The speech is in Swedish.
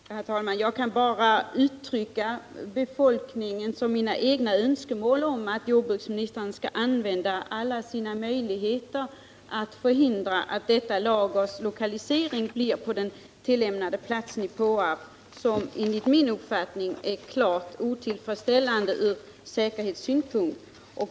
Herr talman! Jag kan bara uttrycka befolkningens och mina egna önskemål att jordbruksministern skall utnyttja varje möjlighet att förhindra att detta lager placeras på den tänkta platsen i Påarp. Enligt min uppfattning är den klart otillfredsställande från säkerhetssynpunkt.